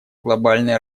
глобальной